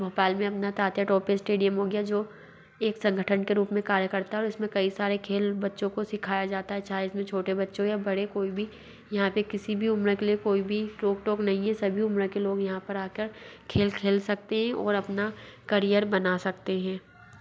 भोपाल मे अपना तात्या टोपे स्टेडियम हो गया जो एक संगठन के रूप मे कार्य करता है और इसमे कई सारे खेल बच्चों को जाता है चाहे इसमे छोटे बच्चे हो या बड़े कोई भी यहाँ पे किसी भी उम्र के लिए कोई भी रोक टोक नहीं है सभी उम्र के लोग यहाँ पर आकर खेल खेल सकते है और अपना करियर बना सकते है